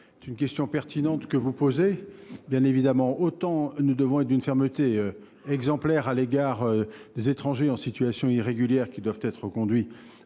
c’est une question pertinente que vous posez. Autant nous devons être d’une fermeté exemplaire à l’égard des étrangers en situation irrégulière, qui doivent être reconduits dans